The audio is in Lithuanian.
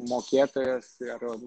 mokėtojas ir